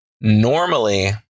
normally